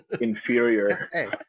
inferior